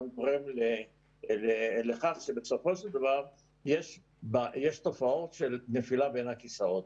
גם גורם לכך שבסופו של דבר יש תופעות של נפילה בין הכיסאות.